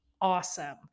awesome